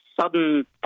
sudden